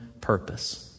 purpose